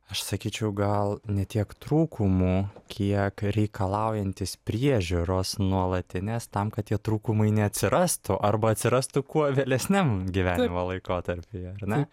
aš sakyčiau gal ne tiek trūkumų kiek reikalaujantis priežiūros nuolatinės tam kad tie trūkumai neatsirastų arba atsirastų kuo vėlesniam gyvenimo laikotarpyje ar ne